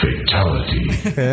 fatality